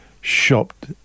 shopped